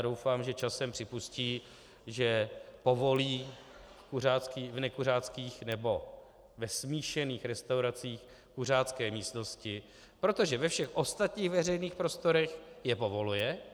Doufám, že časem připustí, že povolí v nekuřáckých nebo ve smíšených restauracích kuřácké místnosti, protože ve všech ostatních veřejných prostorech je povoluje.